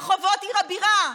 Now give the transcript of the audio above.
ברחובות עיר הבירה,